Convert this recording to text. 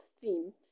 theme